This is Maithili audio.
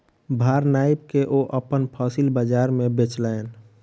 भार नाइप के ओ अपन फसिल बजार में बेचलैन